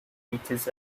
teaches